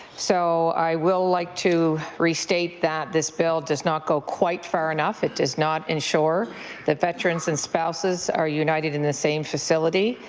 so i would like to restate that this bill does not go quite far enough. it does not ensure that veterans and spouses are united in the same facility.